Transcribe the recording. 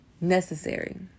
necessary